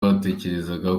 batekereza